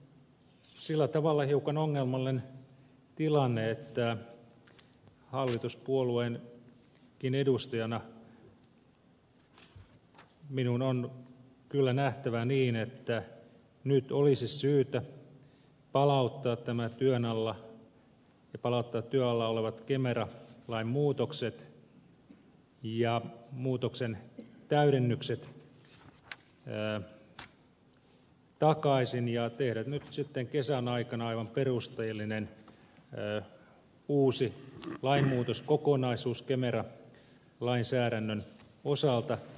eli sillä tavalla hiukan ongelmallinen tilanne että hallituspuolueenkin edustajana minun on kyllä nähtävä niin että nyt olisi syytä palauttaa työn alla olevat kemera lain muutokset ja muutoksen täydennykset takaisin ja tehdä nyt sitten kesän aikana aivan perusteellinen uusi lainmuutoskokonaisuus kemera lainsäädännön osalta